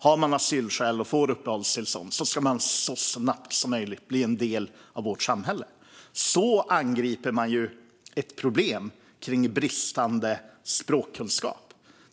Har man asylskäl och får uppehållstillstånd ska man så snabbt som möjligt bli en del av vårt samhälle. Så angriper man problem med bristande språkkunskap.